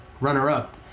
runner-up